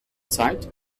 zeit